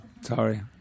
Sorry